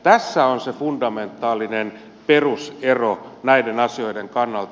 tässä on se fundamentaalinen perusero näiden asioiden kannalta